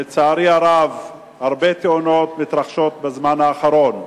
לצערי הרב, הרבה תאונות מתרחשות בזמן האחרון.